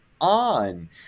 on